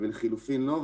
ולחלופין לא,